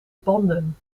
banden